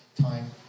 time